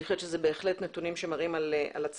אני חושבת שאלו נתונים שבהחלט מראים על הצלחה.